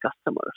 customers